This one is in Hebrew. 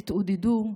תתעודדו.